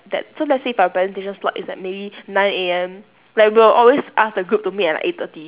that so let's say if our presentation slot is like maybe nine A_M like we'll always ask the group to meet at like eight thirty